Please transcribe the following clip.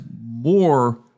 more